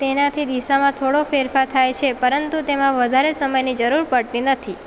તેનાથી દિશામાં થોડો ફેરફાર થાય છે પરંતુ તેમાં વધારે સમયની જરૂર પડતી નથી